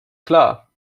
klar